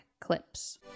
clips